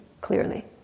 clearly